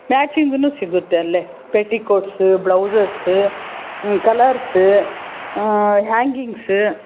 ಮ್ಯಾಚಿಂಗೂ ಸಿಗುತ್ತೆ ಅಲ್ಲೇ petticoats blouses colours hangings